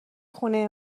خونه